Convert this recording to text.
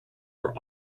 were